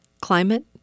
Climate